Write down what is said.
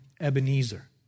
Ebenezer